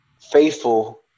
faithful